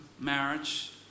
marriage